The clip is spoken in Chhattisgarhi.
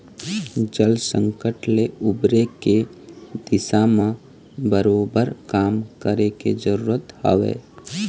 जल संकट ले उबरे के दिशा म बरोबर काम करे के जरुरत हवय